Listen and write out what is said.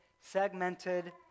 segmented